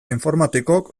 informatikok